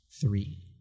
Three